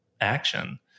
action